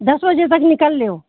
दस बजे तक निकल लेओ